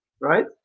right